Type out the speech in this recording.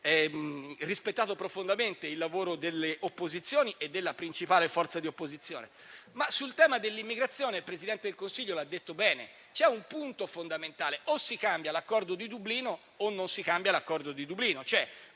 e rispettato profondamente il lavoro delle opposizioni e della principale forza di opposizione. Sul tema dell'immigrazione, come il Presidente del Consiglio ha chiarito bene, c'è un punto fondamentale: o si cambia l'Accordo di Dublino o non si cambia tale Accordo, o